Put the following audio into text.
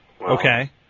Okay